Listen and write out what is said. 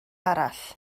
arall